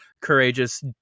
courageous